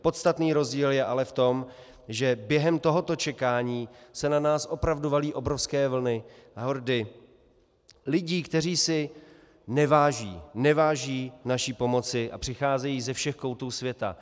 Podstatný rozdíl je ale v tom, že během tohoto čekání se na nás valí opravdu obrovské vlny, hordy lidí, kteří si neváží neváží! naší pomoci a přicházejí ze všech koutů světa.